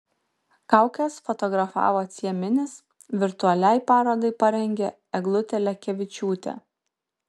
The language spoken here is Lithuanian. kaukes fotografavo cieminis virtualiai parodai parengė eglutė lekevičiūtė